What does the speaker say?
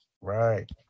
Right